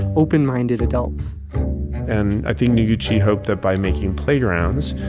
open-minded adults and i think noguchi hoped that by making playgrounds,